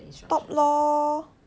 stop lor